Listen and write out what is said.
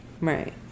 Right